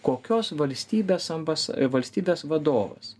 kokios valstybės ambasa valstybės vadovas